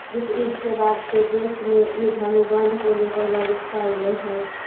विश्व युद्ध के बाद से देश में युद्ध अनुबंध को लेकर जागरूकता अइलइ हे